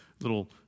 little